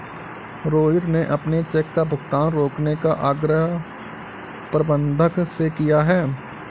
रोहित ने अपने चेक का भुगतान रोकने का आग्रह प्रबंधक से किया है